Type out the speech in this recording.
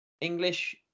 English